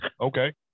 Okay